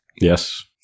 yes